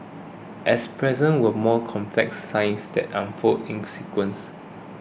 as present were more complex signs that unfolded in sequences